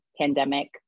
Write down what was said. pandemic